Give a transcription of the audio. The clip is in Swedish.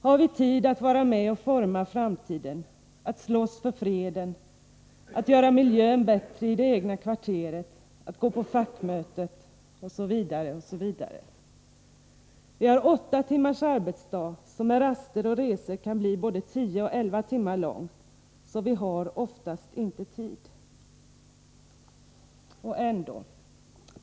Har vi tid att vara med och forma framtiden, att slåss för freden, att göra miljön bättre i det egna kvarteret, att gå på fackmötet osv.? Vi har åtta timmars arbetsdag, som med raster och resor kan bli både tio och elva timmar lång — så vi har oftast inte tid.